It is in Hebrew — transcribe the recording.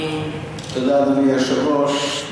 תודה, אדוני היושב-ראש.